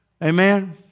Amen